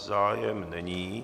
Zájem není.